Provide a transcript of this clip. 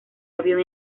avión